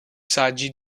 saggi